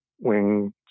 wing